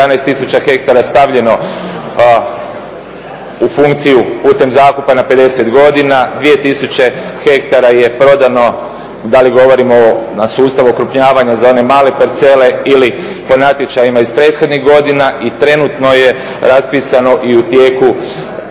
11000 ha stavljeno u funkciju putem zakupa na 50 godina. 2000 ha je prodano, da li govorimo na sustav okrupnjavanja za one male parcele ili po natječajima iz prethodnih godina i trenutno je raspisano i u tijeku